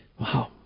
Wow